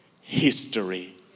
history